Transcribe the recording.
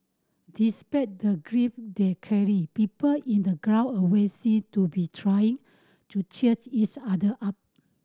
despite the grief they carried people in the ground always seemed to be trying to cheers each other up